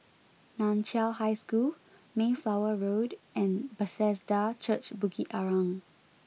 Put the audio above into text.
Nan Chiau High School Mayflower Road and Bethesda Church Bukit Arang